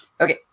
okay